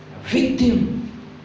Victim